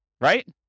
Right